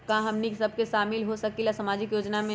का हमनी साब शामिल होसकीला सामाजिक योजना मे?